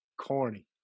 corny